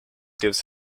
gives